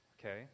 Okay